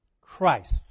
Christ